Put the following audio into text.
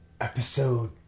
episode